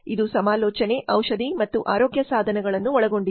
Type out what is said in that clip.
ಇದು ಸಮಾಲೋಚನೆ ಔಷಧಿ ಮತ್ತು ಆರೋಗ್ಯ ಸಾಧನಗಳನ್ನು ಒಳಗೊಂಡಿದೆ